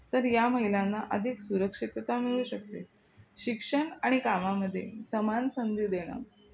तर या महिलांना अधिक सुरक्षितता मिळू शकते शिक्षण आणि कामामध्ये समान संधी देणं